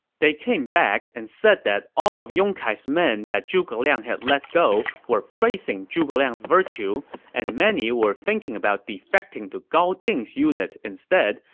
they came back and said that all of yong kai's men that zhuge liang had let go were praising zhuge liang's virtue and many were thinking about defecting to gao ding's unit instead,